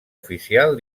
oficial